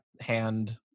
hand